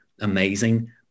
amazing